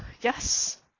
yes